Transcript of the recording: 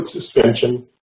suspension